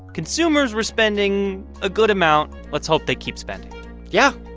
consumers were spending a good amount. let's hope they keep spending yeah.